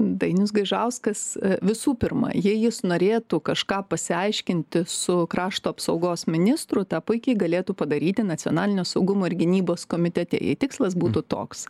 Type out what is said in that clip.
dainius gaižauskas visų pirma jei jis norėtų kažką pasiaiškinti su krašto apsaugos ministru tą puikiai galėtų padaryti nacionalinio saugumo ir gynybos komitete jei tikslas būtų toks